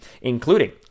including